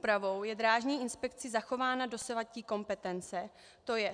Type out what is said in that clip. Úpravou je Drážní inspekci zachována dosavadní kompetence, tj.